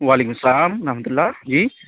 وعلیکم السلام رحمۃ اللہ جی